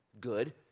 good